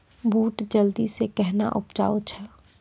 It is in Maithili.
बूट जल्दी से कहना उपजाऊ छ?